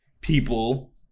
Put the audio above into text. people